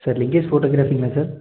sir Lingesh ஃபோட்டோகிராஃபிங்களா sir